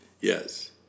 Yes